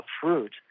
fruit